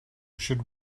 should